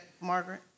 Margaret